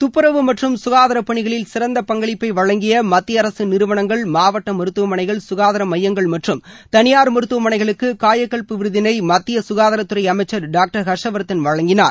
துப்புறவு மற்றும் காதாரப்பணிகளில் சிறந்த பங்களிப்பை வழங்கிய மத்திய அரசு நிறுவனங்கள் மாவட்ட மருத்துவமனைகள் சுகாதார மையங்கள் மற்றும் தனியார் மருத்துவமனைகளுக்கு காயகவ்ப் விருதினை மத்திய சுகாதாரத்துறை அமைச்சர் டாக்டர் ஹர்ஷ்வர்தன் வழங்கினார்